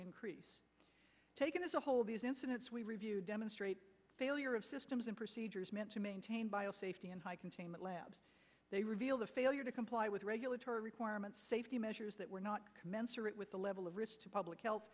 increase taken as a whole these incidents we review demonstrate failure of systems and procedures meant to maintain bio safety and high containment labs they reveal the failure to comply with regulatory requirements safety measures that were not commensurate with the level of risk to public health